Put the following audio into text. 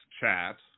chat